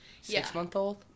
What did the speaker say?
Six-month-old